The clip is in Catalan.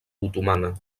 otomana